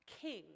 king